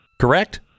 Correct